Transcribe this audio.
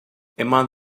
among